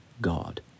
God